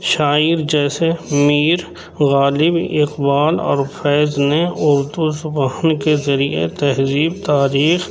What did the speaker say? شاعر جیسے میر غالب اقبال اور فیض نے اردو زبان کے ذریعے تہذیب تاریخ